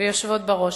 ושרות ויושבות בראש.